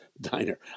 diner